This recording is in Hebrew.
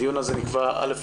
הדיון הזה נקבע א.